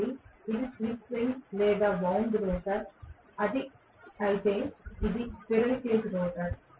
కాబట్టి ఇది slip ring లేదా వౌండ్ రోటర్ అయితే ఇది స్క్విరెల్ కేజ్ రోటర్